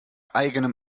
eigenem